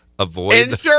Avoid